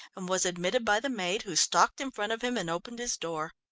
and was admitted by the maid, who stalked in front of him and opened his door.